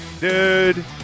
Dude